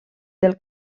del